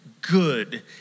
good